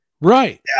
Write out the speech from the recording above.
Right